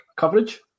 coverage